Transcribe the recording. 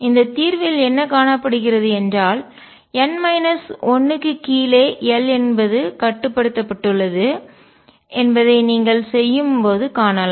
இந்த தீர்வில் என்ன காணப்படுகிறது என்றால் n மைனஸ் 1 க்குக் கீழே l என்பது கட்டுப்படுத்தப்பட்டுள்ளது என்பதை நீங்கள் செய்யும்போது காணலாம்